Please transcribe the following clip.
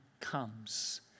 comes